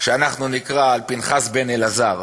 אנחנו נקרא על פנחס בן אלעזר,